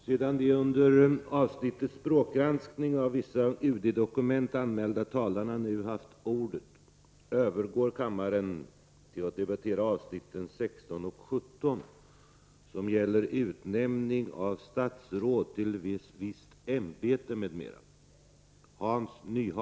Sedan de under avsnittet Språkgranskning av vissa UD-dokument anmälda talarna nu haft ordet övergår kammaren till att debattera avsnitten 16 och 17: Utnämning av statsråd till visst ämbete, m.m.